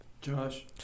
Josh